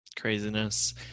craziness